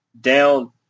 down